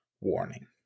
warning